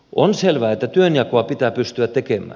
on selvää että työnjakoa pitää pystyä tekemään